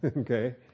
Okay